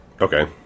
Okay